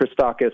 Christakis